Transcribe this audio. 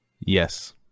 Yes